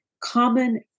common